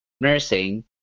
nursing